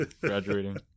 graduating